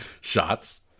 Shots